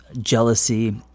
jealousy